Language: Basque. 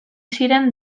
ziren